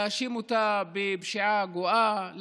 מאשימים אותה בפשיעה הגואה,